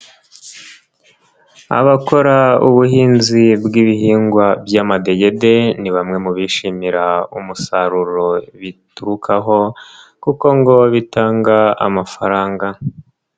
Abakora ubuhinzi bw'ibihingwa by'amadegede, ni bamwe mu bishimira umusaruro biturukaho kuko ngo bitanga amafaranga.